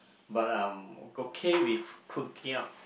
but I'm okay with cooking up